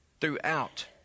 throughout